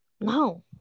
No